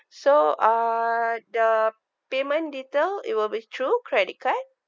so uh like the payment detail it will be through credit card